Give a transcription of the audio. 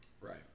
Right